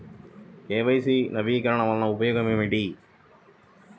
KYC నవీకరణ వలన ఉపయోగం ఏమిటీ?